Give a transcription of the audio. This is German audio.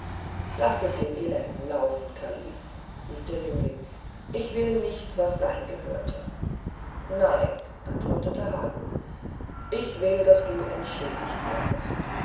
lasset den elenden laufen kalife rief der jüngling ich will nichts das sein gehörte nein antwortete harun ich will daß du entschädiget werdest